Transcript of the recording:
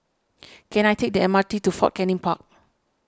can I take the M R T to Fort Canning Park